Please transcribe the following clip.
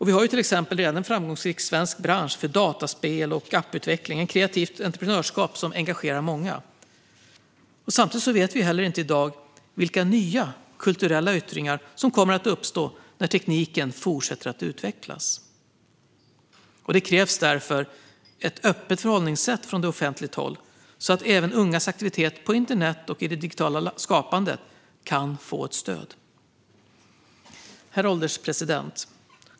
Vi har till exempel redan en framgångsrik svensk bransch för dataspel och apputveckling, ett kreativt entreprenörskap som engagerar många. Samtidigt vet vi inte heller i dag vilka nya kulturella yttringar som kommer att uppstå när tekniken fortsätter att utvecklas. Det krävs därför ett öppet förhållningssätt från offentligt håll så att även ungas aktiviteter på internet och i det digitala skapandet kan få stöd. Herr ålderspresident!